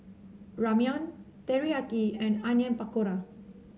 Ramyeon Teriyaki and Onion Pakora